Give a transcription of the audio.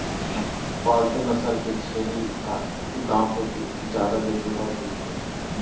पालतू नसल के छेरी ह गांव कोती जादा देखे बर मिलथे